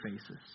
faces